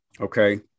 okay